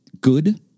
good